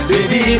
Baby